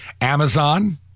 Amazon